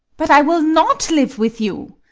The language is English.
but i will not live with you!